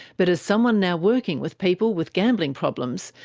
but as someone now working with people with gambling problems,